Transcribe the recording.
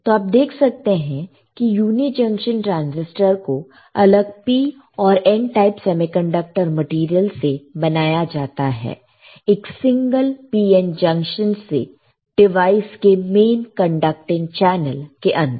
तो आप देख सकते हैं कि यूनी जंक्शन ट्रांसिस्टर को अलग P और N टाइप सेमीकंडक्टर मैटेरियल से बनाया जाता है एक सिंगल PN जंक्शन से डिवाइस के मेन कंडक्टिंग N चैनल के अंदर